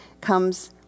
comes